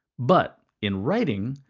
but in writing,